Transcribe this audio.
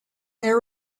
there